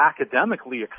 academically